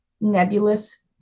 nebulous